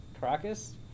Caracas